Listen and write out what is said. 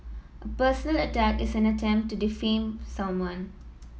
a personal attack is an attempt to defame someone